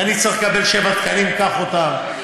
ואני צריך לקבל שבעה תקנים, קח אותם.